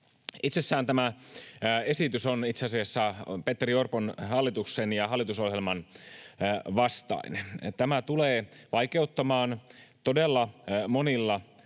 itse asiassa Petteri Orpon hallituksen ja hallitusohjelman vastainen. Tämä tulee vaikeuttamaan työvoiman